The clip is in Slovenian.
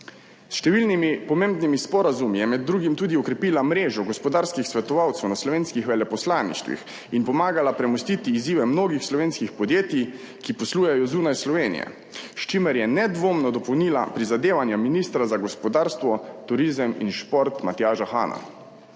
številnimi pomembnimi sporazumi je med drugim tudi okrepila mrežo gospodarskih svetovalcev na slovenskih veleposlaništvih in pomagala premostiti izzive mnogih slovenskih podjetij, ki poslujejo zunaj Slovenije, s čimer je nedvomno dopolnila prizadevanja ministra za gospodarstvo, turizem in šport Matjaža Hana.